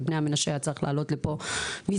את בני המנשה היה צריך להעלות לפה מזמן.